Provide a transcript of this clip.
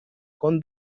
con